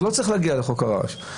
אז לא צריך להגיע לחוק הרעש.